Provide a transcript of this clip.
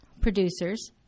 producers